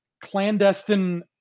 clandestine